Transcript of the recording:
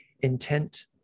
intent